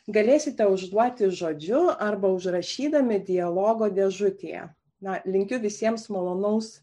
galėsite užduoti žodžiu arba užrašydami dialogo dėžutėje na linkiu visiems malonaus